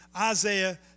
Isaiah